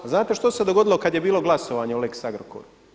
A znate što se dogodilo kad je bilo glasovanje o lex Agrokoru?